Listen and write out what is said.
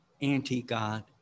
anti-God